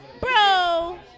Bro